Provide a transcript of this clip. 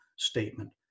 statement